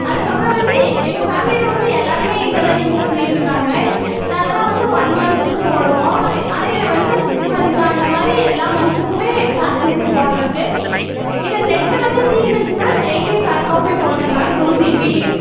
அதுக்கப்புறம் வந்து எங்கள் பேமிலியில் வந்து எல்லாருமே இதை தான் யூஸ் பண்ணியிட்ருக்காங்க நாங்களாம் வந்து ஒன் மந்த்துக்கு போடுவோம் ஆனால் இதில் வந்து சிக்ஸ் மந்த்து அந்த மாதிரி எல்லா மந்த்துக்குமே பேக் இருக்குது போடுறக்கு இதில் நெட்டு வந்து தீந்துடுச்சினா டெய்லி பேக்காவும் போய் போட்டுக்கலாம் டூ ஜிபி